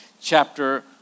chapter